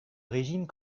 régime